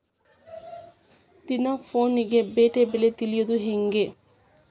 ದಿನಾ ಫೋನ್ಯಾಗ್ ಪೇಟೆ ಬೆಲೆ ತಿಳಿಯೋದ್ ಹೆಂಗ್?